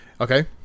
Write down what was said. Okay